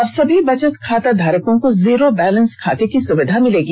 अब सभी बचत खाता धारकों को जीरो बैलेंस खाते की सुविधा मिलेगी